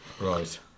Right